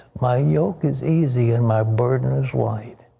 my yoke is easy and my burden is light.